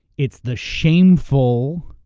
it's the shameful,